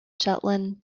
jutland